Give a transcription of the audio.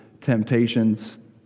temptations